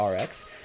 RX